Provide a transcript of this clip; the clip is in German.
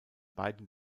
beiden